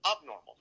abnormal